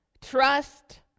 trust